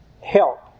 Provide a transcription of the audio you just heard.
help